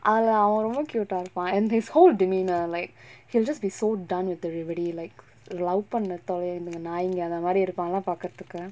ah அதுல அவ ரொம்ப:athula ava romba cute ah இருப்பா:iruppaa and his whole demeanour like he'll just be so done with everybody like love பண்ண தொலைதுங்க நாய்ங்க அந்தமாரி இருக்கு அதலா பாக்குரதுக்கு:panna tholaithunga naainga anthamaari irukku athala paakkurathukku